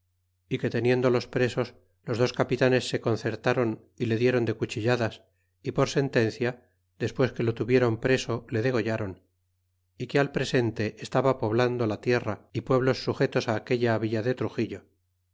que teniéndolos presos los dos capitanes se concertron y le diéron de cuchilladas y por sentencia despues que lo tuvieron preso le degollron y que al presente estaba poblando la tierra y pueblos sujetos aquella villa de truxillo